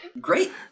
Great